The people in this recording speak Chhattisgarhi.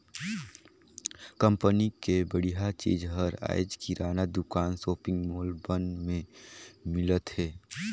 कंपनी के बड़िहा चीज हर आयज किराना दुकान, सॉपिंग मॉल मन में मिलत हे